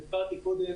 והסברתי קודם